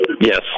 Yes